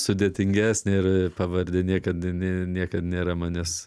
sudėtingesnė ir pavarde niekad niekad nėra manęs